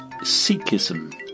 Sikhism